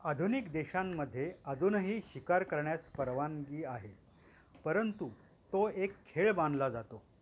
आधुनिक देशांमध्ये अजूनही शिकार करण्यास परवानगी आहे परंतु तो एक खेळ मानला जातो